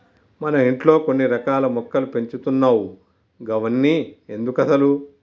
మన ఇంట్లో కొన్ని రకాల మొక్కలు పెంచుతున్నావ్ గవన్ని ఎందుకసలు